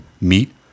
meat